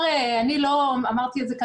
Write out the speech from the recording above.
אני לא הראשונה שאומרת את זה,